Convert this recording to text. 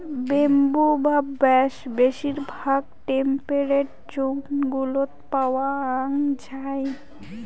bamboo বা বাঁশ বেশিরভাগ টেম্পেরেট জোন গুলোত পাওয়াঙ যাই